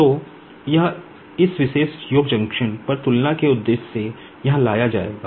तो यह इस विशेष योग जंक्शन पर तुलना के उद्देश्य से यहां लाया जाएगा